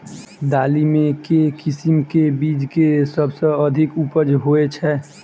दालि मे केँ किसिम केँ बीज केँ सबसँ अधिक उपज होए छै?